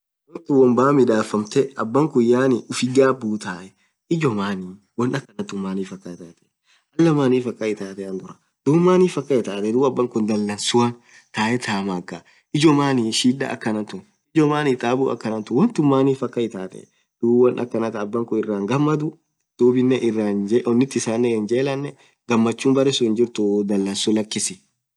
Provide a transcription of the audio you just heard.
wontun won baaa midhafammthee yaan abakhun ufighabu taae ijoo maaniii won akhantun manif akhan ithathe ilaah manif akhan ithathe andhurah dhub manif akhan ithathe dhub abakhun dhalahnsua the ijomani shida akhantun ijomani thaabu akhana tun wontun manif akhan itathii dhub won akhana than abakhun iraa hinghamdhu dhubinen onnit isaa hinjelane ghamachum berre sun hinjirtuu dhalahnsuu lakis